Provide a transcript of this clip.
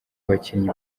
abakinnyi